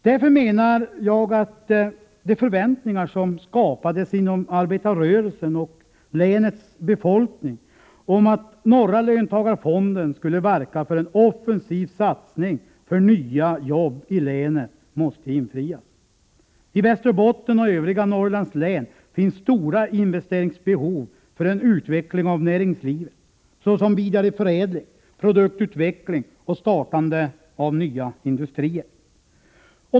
Jag menar att man måste infria de förväntningar om att Norra löntagarfon den skulle verka för en offensiv satsning för nya jobb i länet som skapades inom arbetarrörelsen och länets befolkning. I Västerbotten och övriga Norrlandslän finns stora investeringsbehov för en utveckling av näringslivet, såsom vidareförädling, produktutveckling och startande av nya industrier.